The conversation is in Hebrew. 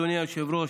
אדוני היושב-ראש,